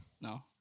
No